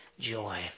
joy